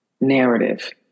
narrative